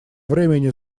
времени